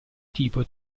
tipo